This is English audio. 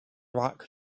rock